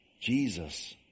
Jesus